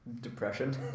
depression